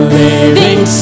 living